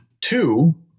Two